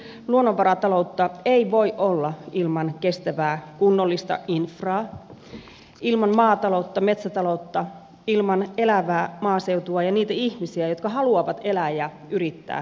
ensinnäkään luonnonvarataloutta ei voi olla ilman kestävää kunnollista infraa ilman maata loutta metsätaloutta ilman elävää maaseutua ja niitä ihmisiä jotka haluavat elää ja yrittää maaseudulla